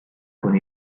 con